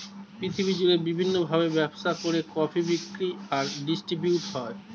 পৃথিবী জুড়ে বিভিন্ন ভাবে ব্যবসা করে কফি বিক্রি আর ডিস্ট্রিবিউট হয়